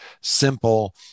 simple